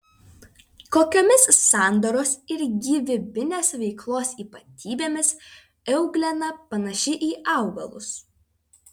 kokiomis sandaros ir gyvybinės veiklos ypatybėmis euglena panaši į augalus